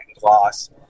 gloss